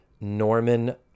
Norman